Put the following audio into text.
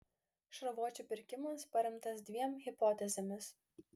šarvuočių pirkimas paremtas dviem hipotezėmis